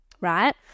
right